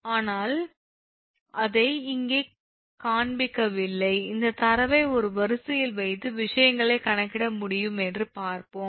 ஆனால் அதை இங்கே காண்பிக்கவில்லை இந்த தரவை ஒரு வரிசையில் வைத்து விஷயங்களை கணக்கிட முடியும் என்று பார்ப்போம்